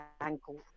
ankle